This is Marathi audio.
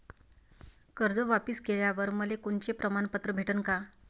कर्ज वापिस केल्यावर मले कोनचे प्रमाणपत्र भेटन का?